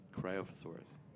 Cryophosaurus